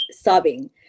sobbing